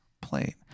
plate